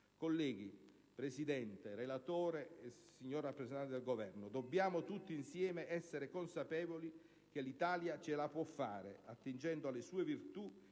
colleghi, relatore, signora rappresentante del Governo, dobbiamo tutti insieme essere consapevoli che l'Italia ce la può fare attingendo alle sue virtù